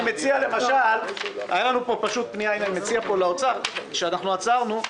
אני מציע למשרד האוצר: הייתה לנו פה פנייה שאנחנו עצרנו,